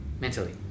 mentally